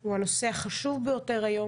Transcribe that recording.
הוא הנושא החשוב ביותר היום